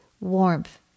warmth